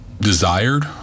desired